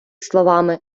словами